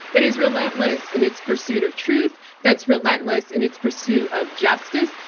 that is relentless in its pursuit of truth, that's relentless in its pursuit of justice,